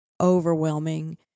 overwhelming